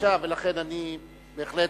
ולכן אני, בהחלט,